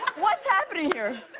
what's happening here?